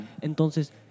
Entonces